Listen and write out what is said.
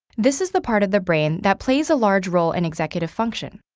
this is the part of the brain that plays a large role in executive function,